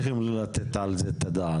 כי משרד המשפטים צריך לתת על זה את הדעת.